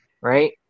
right